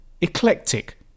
eclectic